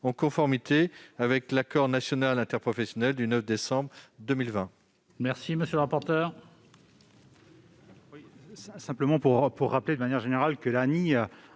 innovante de l'accord national interprofessionnel du 9 décembre 2020,